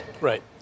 Right